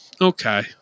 okay